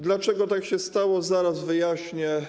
Dlaczego tak się stało, zaraz wyjaśnię.